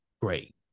Great